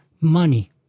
Money